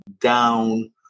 down